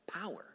Power